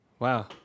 Wow